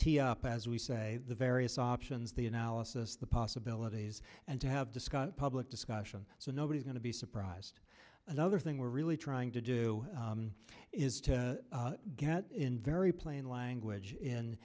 e up as we say the various options the analysis the possibilities and to have discussed public discussion so nobody's going to be surprised another thing we're really trying to do is to get in very plain